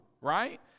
right